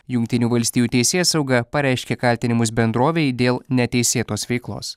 jungtinių valstijų teisėsauga pareiškė kaltinimus bendrovei dėl neteisėtos veiklos